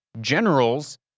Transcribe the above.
generals